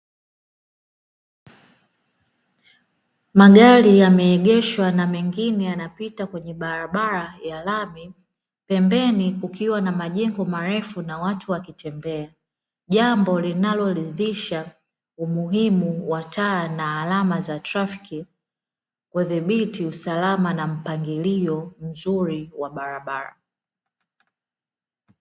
Magari yameegeshwa na mengine yanapita kwenye barabara ya lami, pembeni kukiwa na majengo marefu na watu wakitembea. Jambo linaloridhisha umuhimu wa taa na alama za trafiki kudhibiti usalama na mpangilio mzuri wa barabara.